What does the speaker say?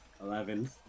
eleven